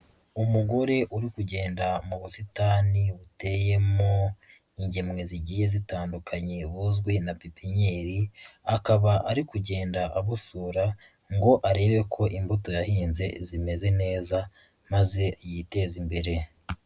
Umugore uri kugenda mu busitani buteyemo ingemwe zigiye zitandukanye buzwi na pipiniyeri, akaba ari kugenda abusura ngo arebe ko imbuto yahinze zimeze neza maze yiteze imbere.